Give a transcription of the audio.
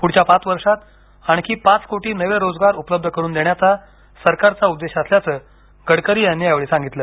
पुढच्या पाच वर्षात आणखी पाच कोटी नवे रोजगार उपलब्ध करून देण्याचा सरकारचा उद्देश असल्याचं गडकरी यांनी यावेळी सांगितलं